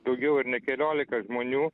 daugiau ir ne keliolika žmonių